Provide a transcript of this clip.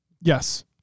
Yes